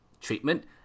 treatment